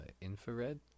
infrared